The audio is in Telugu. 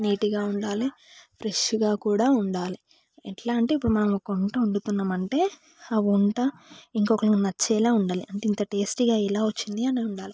నీట్గా ఉండాలి ఫ్రెష్గా కూడా ఉండాలి ఎట్లా అంటే ఇప్పుడు మనం ఒక వంట వండుతున్నాం అంటే ఆ వంట ఇంకొకరికి నచ్చేలాగా ఉండాలి అంటే ఇంత టేస్టీగా ఎలా వచ్చింది అని ఉండాలి